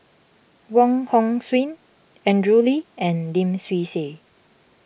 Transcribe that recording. Wong Hong Suen Andrew Lee and Lim Swee Say